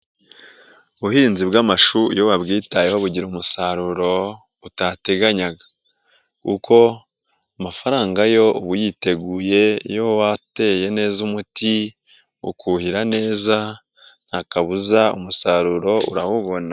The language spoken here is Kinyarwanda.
Ubuhinzi bw'amashu iyo wabwitayeho bugira umusaruro utateganyaga; kuko amafaranga yo uba uyiteguye iyo wateye neza umuti, ukuhira neza, ntakabuza umusaruro urawubona.